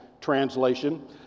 translation